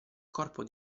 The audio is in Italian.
corpo